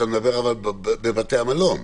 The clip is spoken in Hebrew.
אתה מדבר על בתי המלון.